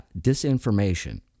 disinformation